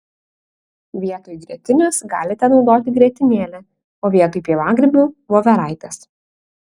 vietoj grietinės galite naudoti grietinėlę o vietoj pievagrybių voveraites